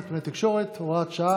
נתוני תקשורת) (הוראת שעה,